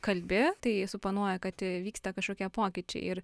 kalbi tai suponuoja kad vyksta kažkokie pokyčiai ir